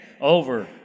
over